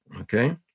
okay